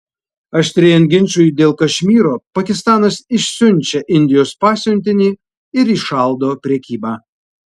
aštrėjant ginčui dėl kašmyro pakistanas išsiunčia indijos pasiuntinį ir įšaldo prekybą